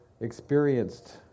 experienced